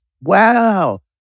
Wow